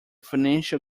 financial